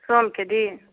सोमके दिन